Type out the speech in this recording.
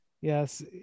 Yes